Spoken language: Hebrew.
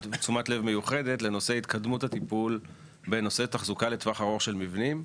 מיוחדת לנושא התקדמות הטיפול בנושא תחזוקה לטווח ארוך של מבנים,